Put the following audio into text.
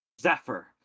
Zephyr